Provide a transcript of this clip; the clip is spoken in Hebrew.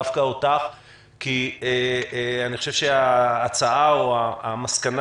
נשמע דווקא אותך כי אני חושב שההצעה או המסקנה